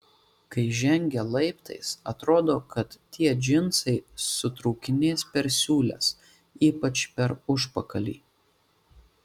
kai žengia laiptais atrodo kad tie džinsai sutrūkinės per siūles ypač per užpakalį